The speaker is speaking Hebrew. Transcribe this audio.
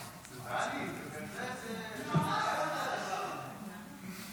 אזולאי, אתה לא נעלב שאני